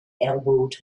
elbowed